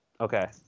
Okay